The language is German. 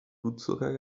blutzucker